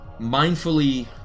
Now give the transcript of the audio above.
mindfully